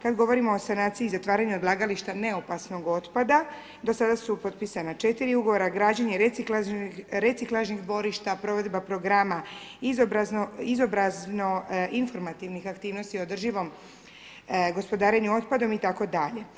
Kad govorimo o sanaciji i zatvaranju odlagališta neopasnog otpada, do sada su potpisana 4 ugovora, građenje reciklažnih dvorišta, provedba programa izobrazno-informativnih aktivnosti o održivom gospodarenju otpadom itd.